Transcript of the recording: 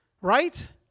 right